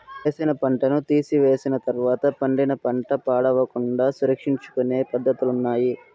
వేసిన పంటను తీసివేసిన తర్వాత పండిన పంట పాడవకుండా సంరక్షించుకొనే పద్ధతులున్నాయి